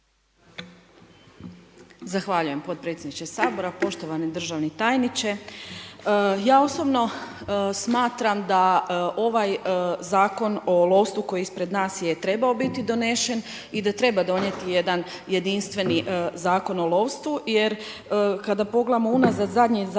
Zahvaljujem potpredsjedniče sabora, poštovani državni tajniče. Ja osobno smatram da ovaj zakon o lovstvu koji je ispred nas je trebao biti donešen i da treba donjeti jedan jedinstveni zakon o lovstvu jer, kada pogledamo unazad, zadnji zakon